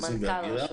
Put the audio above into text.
ברשות